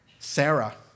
Sarah